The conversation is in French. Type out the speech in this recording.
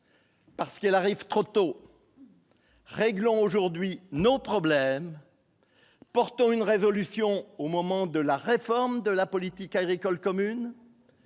Parce qu'elle arrive trop tôt, réglons aujourd'hui nos problèmes portant une résolution au moment de la réforme de la politique agricole commune,